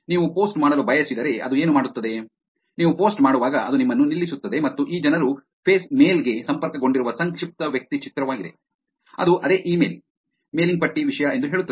ನೀವು ಪೋಸ್ಟ್ ಮಾಡಲು ಬಯಸಿದರೆ ಅದು ಏನು ಮಾಡುತ್ತದೆ ನೀವು ಪೋಸ್ಟ್ ಮಾಡುವಾಗ ಅದು ನಿಮ್ಮನ್ನು ನಿಲ್ಲಿಸುತ್ತದೆ ಮತ್ತು ಈ ಜನರು ಫೇಸ್ ಮೇಲ್ ಗೆ ಸಂಪರ್ಕಗೊಂಡಿರುವ ಸಂಕ್ಷಿಪ್ತ ವ್ಯಕ್ತಿಚಿತ್ರವಾಗಿದೆ ಅದು ಅದೇ ಇಮೇಲ್ ಮೇಲಿಂಗ್ ಪಟ್ಟಿ ವಿಷಯ ಎಂದು ಹೇಳುತ್ತದೆ